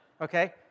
Okay